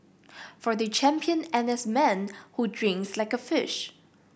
for the champion N S man who drinks like a fish